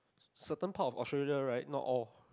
certain part of Australia right not all